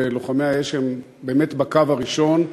ולוחמי האש הם באמת בקו הראשון.